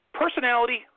personality